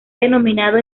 denominado